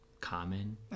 common